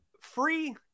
free